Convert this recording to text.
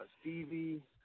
Stevie